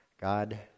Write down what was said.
God